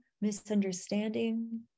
misunderstanding